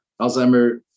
Alzheimer